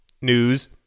news